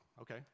okay